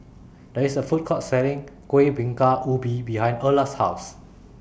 There IS A Food Court Selling Kuih Bingka Ubi behind Erla's House